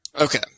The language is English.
Okay